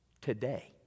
today